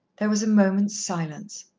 there was a moment's silence.